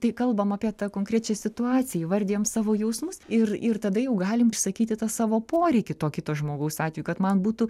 tai kalbam apie tą konkrečią situaciją įvardijam savo jausmus ir ir tada jau galim išsakyti tą savo poreikį to kito žmogaus atveju kad man būtų